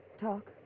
Talk